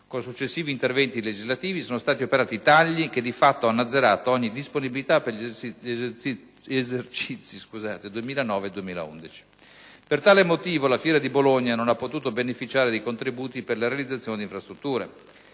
con successivi interventi legislativi, sono stati operati tagli che di fatto hanno azzerato ogni disponibilità per gli esercizi 2009-2011. Per tale motivo, la fiera di Bologna non ha potuto beneficiare dei contributi per la realizzazione di infrastrutture.